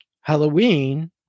Halloween